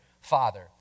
father